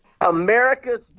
America's